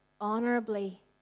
honorably